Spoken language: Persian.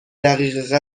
دقیقه